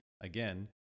again